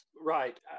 Right